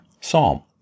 psalm